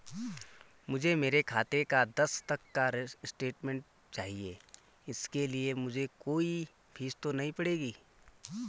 मुझे मेरे खाते का दस तक का स्टेटमेंट चाहिए इसके लिए मुझे कोई फीस तो नहीं पड़ेगी?